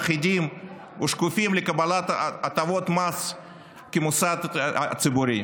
אחידים ושקופים לקבלת הטבות מס כמוסד ציבורי.